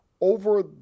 over